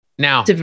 Now